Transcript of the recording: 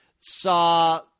saw